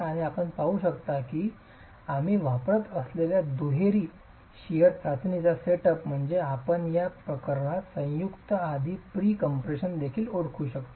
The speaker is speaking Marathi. आणि आपण पाहू शकता की आम्ही वापरत असलेल्या दुहेरी शियर चाचणी चा सेटअप म्हणजे आपण या प्रकरणात संयुक्त आधी प्री कम्प्रेशन देखील ओळखू शकता